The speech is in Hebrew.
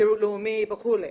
שירות לאומי וכו'.